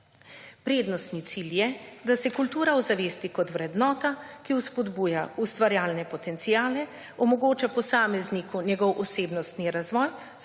Prednostni cilj je, da se kultura ozavesti kot vrednota, ki spodbuja ustvarjalne potenciale, omogoča posamezniku njegov osebnostni razvoj,